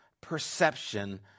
perception